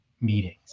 meetings